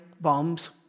bombs